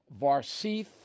Varsith